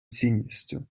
цінністю